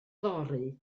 fory